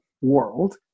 world